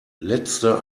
letzte